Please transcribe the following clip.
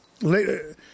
later